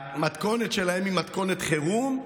המתכונת שלהם היא מתכונת חירום,